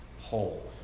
whole